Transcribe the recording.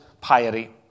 piety